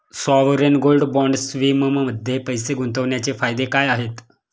Sovereign gold bond स्कीममध्ये पैसे गुंतवण्याचे फायदे काय आहेत?